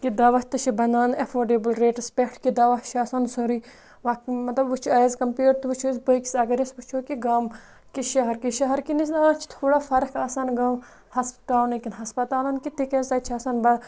کہِ دَوا تہِ چھِ بَنان اٮ۪فٲڈیبٕل ریٹَس پٮ۪ٹھ کہِ دَوا چھُ آسان سورُے مطلب وٕچھ ایز کَمپِیٲڈ تُہۍ وٕچھِو حظ بیٚکِس اگر أسۍ وٕچھو کہِ گام کہِ شَہَر کہِ شَہَر کِنِس نہٕ آز چھِ تھوڑا فَرق آسان گام ٹاونٕکٮ۪ن ہَسپَتالَن کہِ تِکیٛازِ تَتہِ چھِ آسان